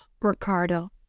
Ricardo